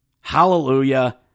Hallelujah